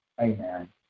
Amen